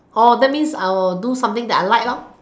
that means I'll do something that I like